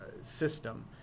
system